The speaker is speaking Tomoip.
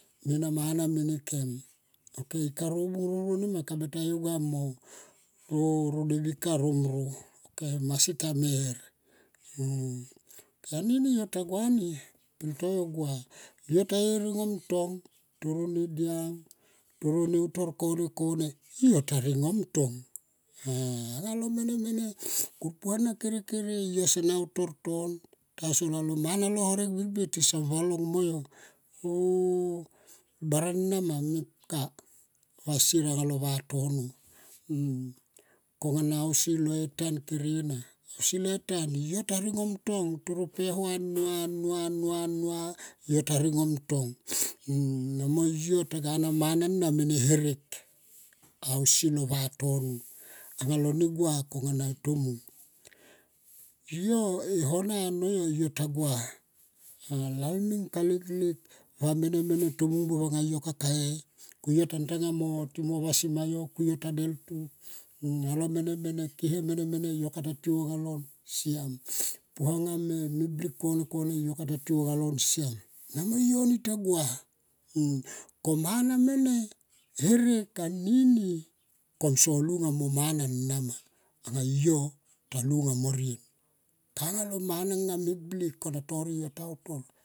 Mena mana mene kem ok ika romro romro ta ye gua mo ro devi ka romro mo masi ta mer. Anini yo tagua ni yo tagua yo ta ye ringom tong toro neutor kone kone yo ta ringom tong toro mene mene kur pua na kere kere sene u tor ton tasol sene la mana lo horek birbir tison valong mo yo oh barana ma mepka va sier alo va vatono. Kongana ausi le tan kere na yo ta ringom tong tono anua anua yo ta ringom tong mo yo taga na mana nene herek ausi lo votono gua kona anga tomung e hona ano yo. Yo ta gua lalmeng kaleklek vamene mene tomung buop anga yo me kakae ku yo ta tanga mo vasima yo ku yo ta deltu. Tomene mene kene yo kata tiou anga lon anga lon anga me blik kone kome slam namo yo ni ta gua ko mana ni mepka komso lunga mo nemana nama anga yo ta lunga mo rien kanga lo mana lo manga me blik kona torek yota utor.